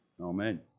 Amen